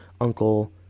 uncle